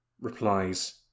replies